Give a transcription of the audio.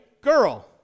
girl